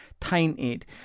tainted